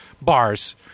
bars